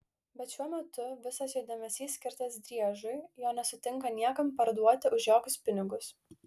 bet šiuo metu visas jo dėmesys skirtas driežui jo nesutinka niekam parduoti už jokius pinigus